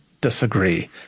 disagree